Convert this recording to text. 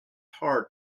hard